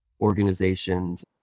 organizations